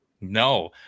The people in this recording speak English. No